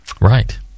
right